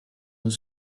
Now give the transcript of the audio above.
nous